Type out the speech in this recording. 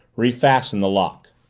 refasten the lock.